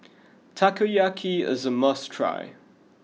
Takoyaki is a must try